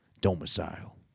domicile